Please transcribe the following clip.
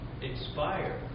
Expire